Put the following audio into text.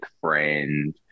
friend